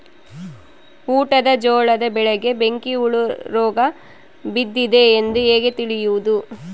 ಊಟದ ಜೋಳದ ಬೆಳೆಗೆ ಬೆಂಕಿ ಹುಳ ರೋಗ ಬಂದಿದೆ ಎಂದು ಹೇಗೆ ತಿಳಿಯುವುದು?